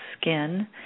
skin